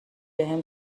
بهم